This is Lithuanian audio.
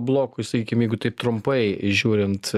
blokui sakykim jeigu taip trumpai žiūrint